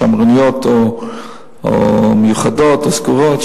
שמרניות או מיוחדות או סגורות,